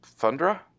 Thundra